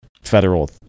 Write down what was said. federal